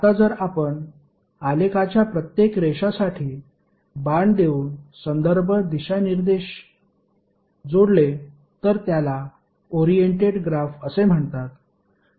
आता जर आपण आलेखाच्या प्रत्येक रेषासाठी बाण देऊन संदर्भ दिशानिर्देश जोडले तर त्याला ओरिएंटेड ग्राफ असे म्हणतात